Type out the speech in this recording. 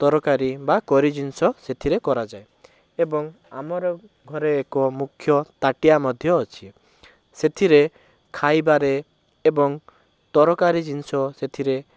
ତରକାରୀ ବା କରି ଜିନିଷ ସେଥିରେ କରାଯାଏ ଏବଂ ଆମର ଘରେ ଏକ ମୁଖ୍ୟ ତାଟିଆ ମଧ୍ୟ ଅଛି ସେଥିରେ ଖାଇବାରେ ଏବଂ ତରକାରୀ ଜିନିଷ ସେଥିରେ